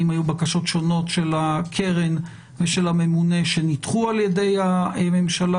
האם היו בקשות שונות של הקרן ושל הממונה שנדחו על ידי הממשלה.